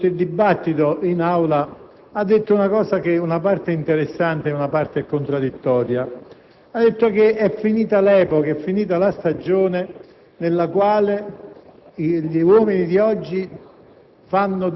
Vedete, il Ministro dell'economia, aprendo questo dibattito in Aula, ha svolto una considerazione, in parte interessante, in parte contraddittoria.